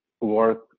work